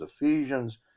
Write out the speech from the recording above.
Ephesians